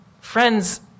friends